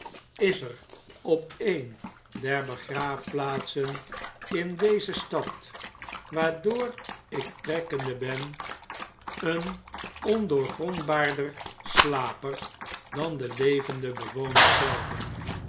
is er op een der begraafplaatsen in deze stad waardoor ik trekkende ben een ondoorgrondbaarder slaper dan de levende bewoners zelven